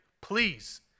please